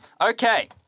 Okay